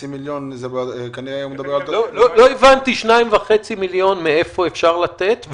לא הבנתי מאיפה אפשר לתת 2.5 מיליון?